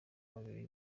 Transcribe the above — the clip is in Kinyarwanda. babiri